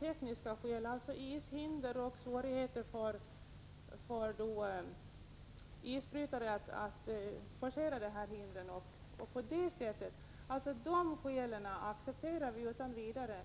tekniska skäl, såsom ishinder och svårigheter för isbrytarna att forcera hindren — accepterar vi utan vidare.